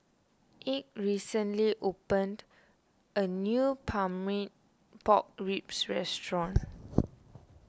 Ike recently opened a new Pork Ribs Restaurant